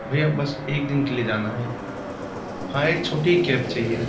भैया बस एक दिन के लिए जाना है हाँ एक छोटी केब चाहिए